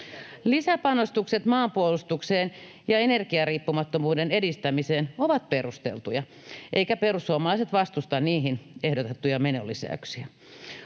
Lisäpanostukset maanpuolustukseen ja energiariippumattomuuden edistämiseen ovat perusteltuja, eivätkä perussuomalaiset vastusta niihin ehdotettuja menonlisäyksiä.